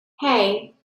hey